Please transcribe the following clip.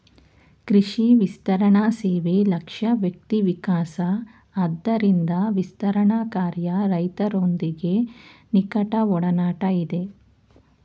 ಕೃಷಿ ವಿಸ್ತರಣಸೇವೆ ಲಕ್ಷ್ಯ ವ್ಯಕ್ತಿವಿಕಾಸ ಆದ್ದರಿಂದ ವಿಸ್ತರಣಾಕಾರ್ಯ ರೈತರೊಂದಿಗೆ ನಿಕಟಒಡನಾಟ ಇದೆ